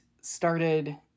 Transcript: started